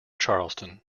charlestown